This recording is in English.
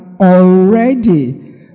already